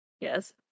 Yes